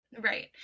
Right